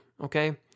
okay